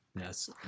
Yes